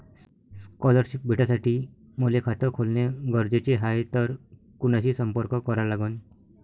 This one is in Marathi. स्कॉलरशिप भेटासाठी मले खात खोलने गरजेचे हाय तर कुणाशी संपर्क करा लागन?